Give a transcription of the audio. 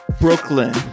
Brooklyn